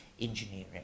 engineering